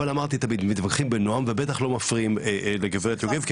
אבל אמרתי מתווכחים בנועם ובטח לא מפריעים לגברת יוגב,